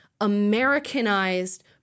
Americanized